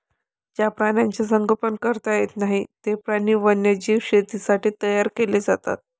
ज्या प्राण्यांचे संगोपन करता येत नाही, ते प्राणी वन्यजीव शेतीसाठी तयार केले जातात